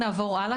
נעבור הלאה.